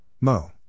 Mo